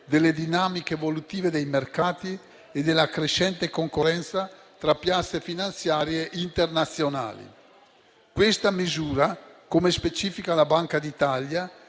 delle dinamiche evolutive dei mercati e della crescente concorrenza tra piazze finanziarie internazionali. Questa misura, come specifica la Banca d'Italia,